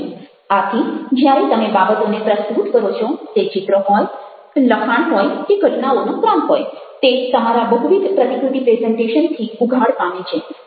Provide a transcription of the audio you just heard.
આથી જ્યારે તમે બાબતોને પ્રસ્તુત કરો છો તે ચિત્ર હોય લખાણ હોય કે ઘટનાઓનો ક્રમ હોય તે તમારા બહુવિધ પ્રતિકૃતિ પ્રેઝન્ટેશનથી ઉઘાડ પામે છે